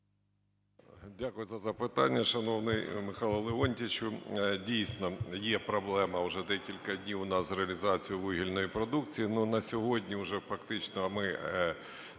Дякую за запитання. Шановний Михайле Леонтійовичу, дійсно, є проблема вже декілька днів у нас з реалізацією вугільної продукції.